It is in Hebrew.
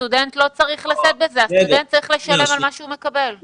הסטודנט לא צריך לשאת בזה אלא לשלם על מה שהוא מקבל.